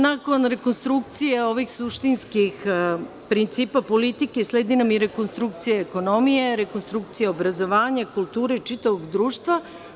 Nakon rekonstrukcije ovih suštinskih principa politike, sledi nam rekonstrukcija ekonomije, rekonstrukcija obrazovanja, kulture i čitavog društva.